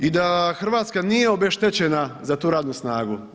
I da Hrvatska nije obeštećena za tu radnu snage.